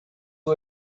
who